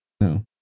no